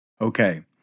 okay